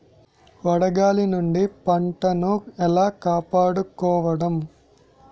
వడగాలి నుండి పంటను ఏలా కాపాడుకోవడం?